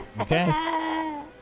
Okay